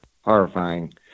horrifying